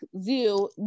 zoo